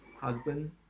husband